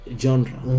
genre